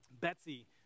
Betsy